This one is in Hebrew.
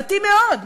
דתי מאוד,